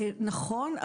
נכון,